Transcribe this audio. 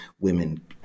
women